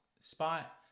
spot